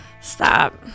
Stop